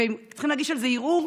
והם צריכים להגיש על זה ערעור,